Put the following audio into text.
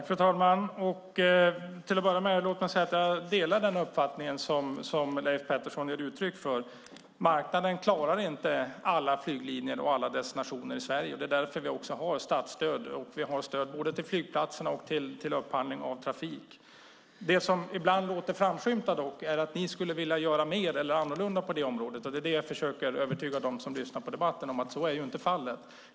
Fru talman! Låt mig till att börja med säga att jag delar den uppfattning som Leif Pettersson ger uttryck för: Marknaden klarar inte alla flyglinjer och alla destinationer i Sverige. Det är också därför som vi har statsstöd, och vi har stöd både till flygplatserna och till upphandling av trafik. Det som ni ibland låter framskymta, dock, är att ni skulle vilja göra mer eller annorlunda på det området, och det som jag försöker övertyga dem som lyssnar på debatten är att så inte är fallet.